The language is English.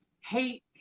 hate